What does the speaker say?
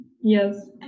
yes